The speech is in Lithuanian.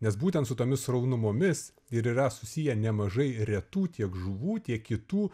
nes būtent su tomis sraunumomis ir yra susiję nemažai retų tiek žuvų tiek kitų